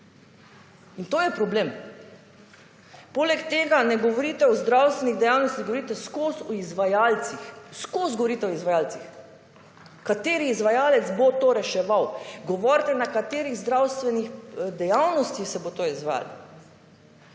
in to je problem. Poleg tega, ne govorite o zdravstvenih dejavnostih, govorite skozi o izvajalcih. Skozi govorite o izvajalcih. Kateri izvajalec bo to reševal. Govorite na katerih zdravstvenih dejavnostih se bo to izvajalo.